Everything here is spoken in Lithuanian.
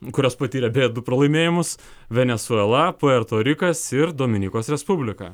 kurios patyrė beje du pralaimėjimus venesuela puerto rikas ir dominikos respublika